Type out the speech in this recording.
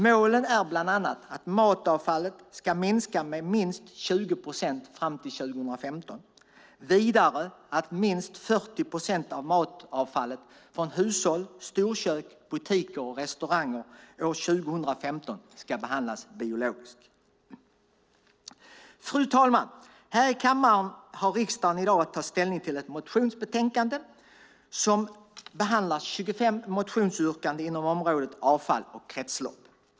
Målen är bland annat att matavfallet ska minska med minst 20 procent fram till år 2015. Vidare ska år 2015 minst 40 procent av matavfallet från hushåll, storkök, butiker och restauranger behandlas biologiskt. Fru talman! Här i kammaren har riksdagen i dag att ta ställning till ett motionsbetänkande där 25 motionsyrkanden inom området avfall och kretslopp behandlas.